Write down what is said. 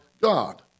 God